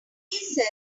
says